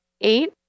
eight